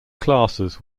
classes